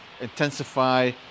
intensify